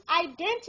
identity